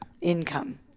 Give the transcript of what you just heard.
Income